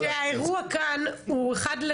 האירוע כאן הוא כזה: